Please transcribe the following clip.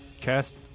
cast